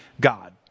God